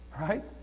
Right